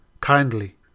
kindly